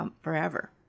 forever